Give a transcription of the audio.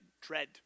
dread